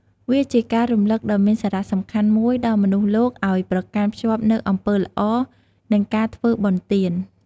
វាជាការរំឭកដ៏មានសារៈសំខាន់មួយដល់មនុស្សលោកឲ្យប្រកាន់ខ្ជាប់នូវអំពើល្អ និងការធ្វើបុណ្យទាន។